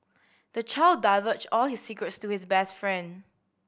the child divulged all his secrets to his best friend